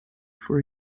for